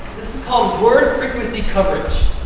this is called word frequency coverage.